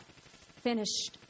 finished